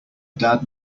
dad